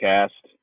Cast